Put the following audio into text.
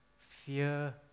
fear